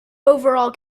overall